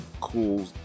cool